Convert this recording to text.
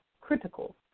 critical